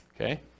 Okay